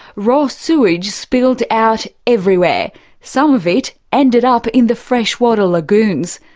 raw sewage spilled out everywhere some of it ended up in the freshwater lagoons.